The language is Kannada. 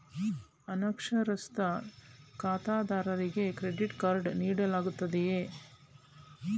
ಅನಕ್ಷರಸ್ಥ ಖಾತೆದಾರರಿಗೆ ಕ್ರೆಡಿಟ್ ಕಾರ್ಡ್ ನೀಡಲಾಗುತ್ತದೆಯೇ?